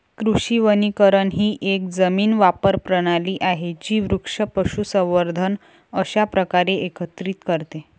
कृषी वनीकरण ही एक जमीन वापर प्रणाली आहे जी वृक्ष, पशुसंवर्धन अशा प्रकारे एकत्रित करते